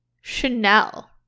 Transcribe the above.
Chanel